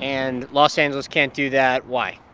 and los angeles can't do that why?